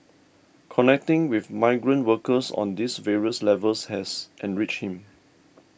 connecting with migrant workers on these various levels has enriched him